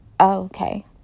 okay